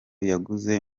yaguze